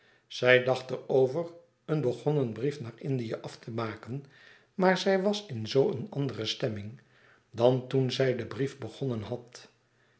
dacht er over een begonnen brief naar indië af te maken maar zij was in zoo eene andere stemming dan toen zij dien brief begonnen had